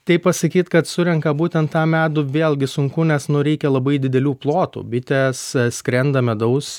tai pasakyt kad surenka būtent tą medų vėlgi sunku nes nu reikia labai didelių plotų bitės skrenda medaus